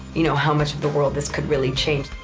you know, how much of the world this could really change.